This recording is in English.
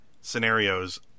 scenarios